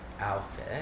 outfit